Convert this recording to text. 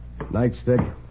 nightstick